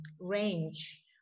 range